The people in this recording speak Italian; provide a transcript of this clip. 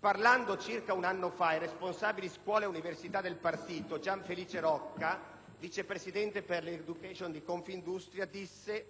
Parlando, circa un anno fa, ai responsabili di scuola e università del partito, Gian Felice Rocca, vice presidente per l'*education* di Confindustria, disse